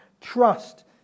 trust